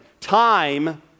Time